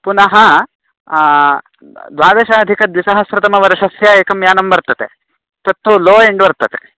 पुनः द्वादशाधिक द्विसहस्रतमवर्षस्य एकं यानं वर्तते तत्तु लोयेण्ड् वर्तते